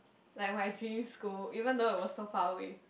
like my dream school even though it was so far away